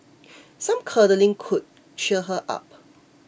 some cuddling could cheer her up